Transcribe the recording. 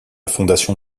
fondation